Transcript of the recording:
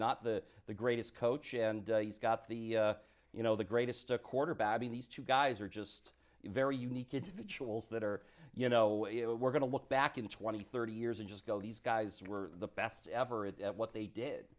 not the the greatest coach and he's got the you know the greatest a quarterback being these two guys are just very unique individuals that are you know it we're going to look back in twenty thirty years and just go these guys were the best ever at what they did